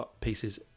pieces